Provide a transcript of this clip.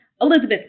Elizabeth